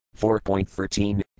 4.13